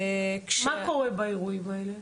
מה קורה באירועים האלה?